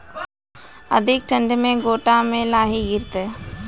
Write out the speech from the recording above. अधिक ठंड मे गोटा मे लाही गिरते?